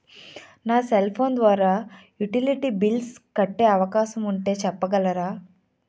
నా cell phone ద్వారా utility bills కట్టే అవకాశం ఉంటే చెప్పగలరా?